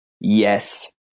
Yes